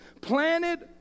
planted